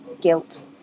guilt